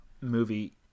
movie